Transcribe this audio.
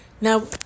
Now